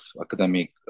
academic